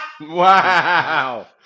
Wow